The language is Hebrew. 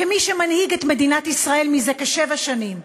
כמי שמנהיג את מדינת ישראל זה כשבע שנים,